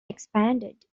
expanded